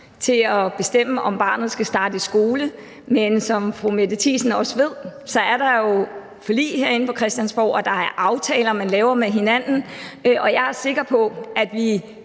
ret at bestemme, om barnet skal starte i skole. Men som fru Mette Thiesen også ved, er der jo forlig herinde på Christiansborg, og der er aftaler, man laver med hinanden. Og jeg er sikker på, at vi